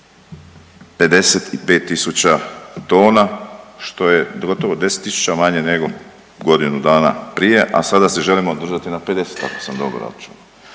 55.000 tona što je gotovo 10.000 manje nego godinu dana prije, a sada se želimo održati na 50 ako sam dobro … čuo,